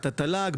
את התל"ג,